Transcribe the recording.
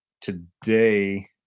today